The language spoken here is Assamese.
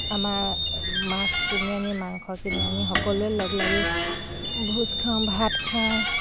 আমাৰ মাছ কিনি আনি মাংস কিনি আনি সকলোৱে লগ লাগি ভোজ খাওঁ ভাত খাওঁ